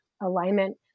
alignment